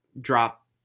drop